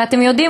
ואתם יודעים,